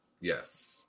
Yes